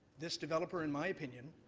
this developer, in my opinion,